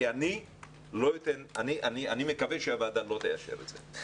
כי אני מקווה שהוועדה לא תאשר את זה.